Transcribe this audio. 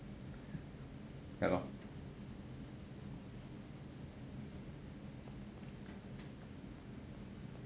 ya lor